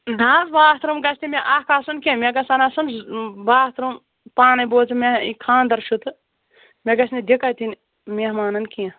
نہ حظ bathroom گژھِ نہٕ مےٚ اَکھ آسُن کیٚنٛہہ مےٚ گژھن آسُن باتھ روٗم پانَے بوٗز ژٕ مےٚ یہِ خاندَر چھُ تہٕ مےٚ گژھِ نہٕ دِکَت یِنۍ مہمانَن کیٚنٛہہ